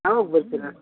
ಯಾವಾಗ ಬರ್ತೀರಾ